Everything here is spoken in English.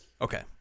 Okay